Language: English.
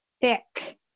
thick